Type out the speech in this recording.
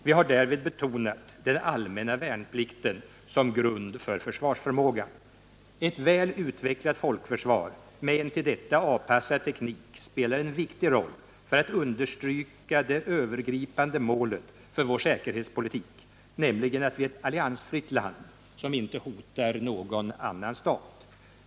Vi har därvid betonat den allmänna värnplikten som grund för försvarsförmågan. Ett väl utvecklat folkförsvar med en till detta avpassad teknik spelar en viktig roll för att understryka det övergripande målet för vår säkerhetspolitik, nämligen att vi är ett alliansfritt land som inte hotar någon annan stat.